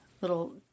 little